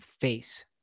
face